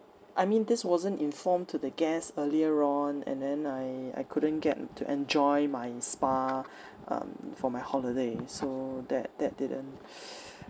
I mean this wasn't informed to the guest earlier on and then I I couldn't get to enjoy my spa um for my holiday so that that didn't